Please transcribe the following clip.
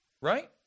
right